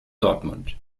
dortmund